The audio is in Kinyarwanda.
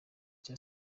cya